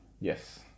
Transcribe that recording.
yes